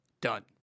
done